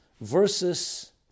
versus